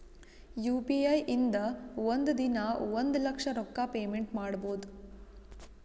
U P I ಇಂದ ಒಂದ್ ದಿನಾ ಒಂದ ಲಕ್ಷ ರೊಕ್ಕಾ ಪೇಮೆಂಟ್ ಮಾಡ್ಬೋದ್